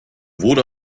wurde